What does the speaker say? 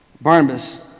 Barnabas